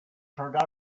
turned